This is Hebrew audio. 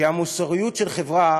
כי המוסריות של חברה